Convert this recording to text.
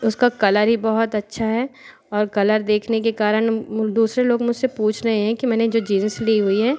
उसका कलर ही बहुत अच्छा है और कलर देखने के कारण दूसरे लोग मुझसे पूछ रें हैं कि मैंने जो जींस ली हुई हैं